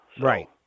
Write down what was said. right